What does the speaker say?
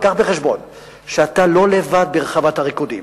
אבל הבא בחשבון שאתה לא לבד ברחבת הריקודים.